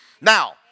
Now